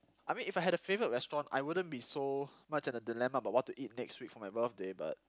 I mean if I had a favourite restaurant I wouldn't be so much in a dilemma about what to eat next week for my birthday but